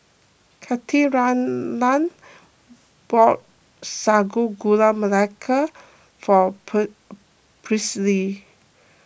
Katharina bought Sago Gula Melaka for Presley